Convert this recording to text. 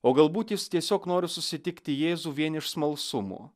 o galbūt jis tiesiog nori susitikti jėzų vien iš smalsumo